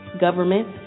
government